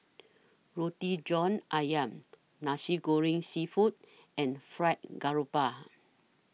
Roti John Ayam Nasi Goreng Seafood and Fried Garoupa